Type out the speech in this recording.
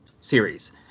series